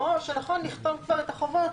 או שנכון לכתוב כבר את החובות,